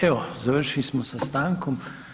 Evo, završili smo sa stankom.